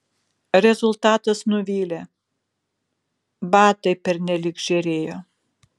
rezultatas nuvylė batai pernelyg žėrėjo